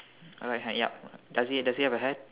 right hand yup does he does he have a hat